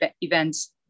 events